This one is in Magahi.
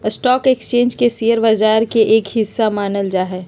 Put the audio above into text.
स्टाक एक्स्चेंज के शेयर बाजार के एक हिस्सा मानल जा हई